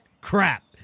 crap